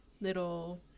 little